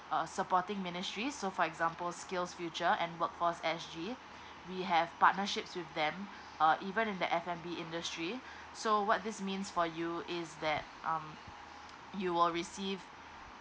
uh supporting ministry so for example skills future and workforce S_G we have partnerships with them uh even in the f and b industry so what this means for you is that um you will receive